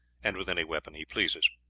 and with any weapon he pleases.